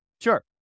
sure